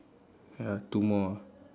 ya two more ah